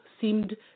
seemed